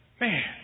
Man